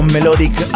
Melodic